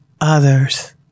others